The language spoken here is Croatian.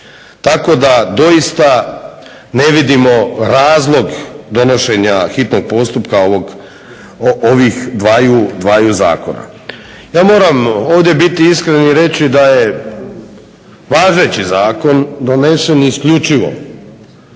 Tako da doista ne vidimo razlog donošenja hitnog postupka ovih dvaju zakona. Ja moram ovdje biti iskren i reći da je važeći zakon donesen isključivo